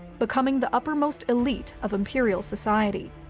becoming the uppermost elite of imperial society.